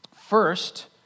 First